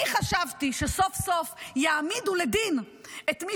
אני חשבתי שסוף-סוף יעמידו לדין את מי